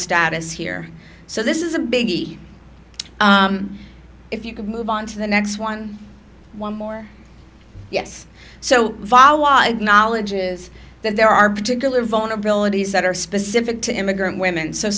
status here so this is a biggie if you can move on to the next one one more yes so knowledge is that there are particular vulnerabilities that are specific to immigrant women so